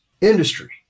industry